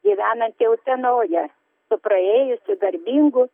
gyvenantį utenoje su praėjusiu garbingu